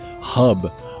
hub